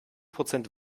prozent